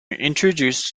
introduced